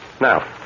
Now